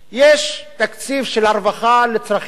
יש תקציב של הרווחה לצרכים מיוחדים,